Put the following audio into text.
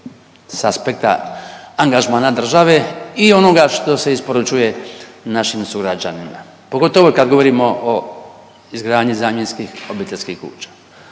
sa aspekta angažmana države i onoga što se isporučuje našim sugrađanima pogotovo kad govorimo o izgradnji zamjenskih obiteljskih kuća.